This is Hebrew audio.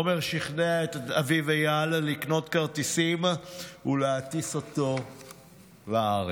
עומר שכנע את אביו איל לקנות כרטיסים ולהטיס אותו לארץ.